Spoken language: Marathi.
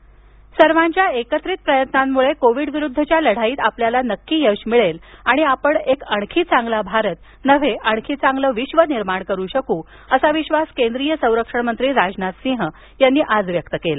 राजनाथ सिंग सर्वांच्या एकत्रित प्रयत्नांमुळे कोविडविरुद्धच्या लढाईत आपल्याला नक्की यश मिळेल आणि आपण एक आणखी चांगला भारत नव्हे आणखी चांगलं विश्व निर्माण करू असा विश्वास केंद्रीय संरक्षण मंत्री राजनाथ सिंह यांनी आज व्यक्त केला